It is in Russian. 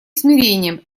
смирением